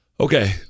Okay